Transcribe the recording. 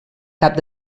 cap